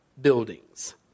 buildings